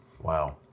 Wow